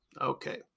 Okay